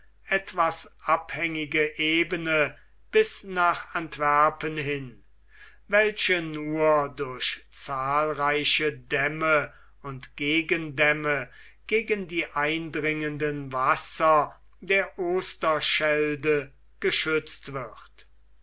etwas abhängige ebene bis nach antwerpen hin welche nur durch zahlreiche dämme und gegendämme gegen die eindringenden wasser der osterschelde geschützt wird